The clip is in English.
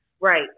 Right